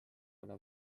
ole